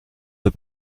the